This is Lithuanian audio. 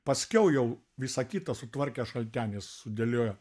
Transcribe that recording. paskiau jau visa kita sutvarkė šaltenis sudėliojo